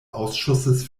ausschusses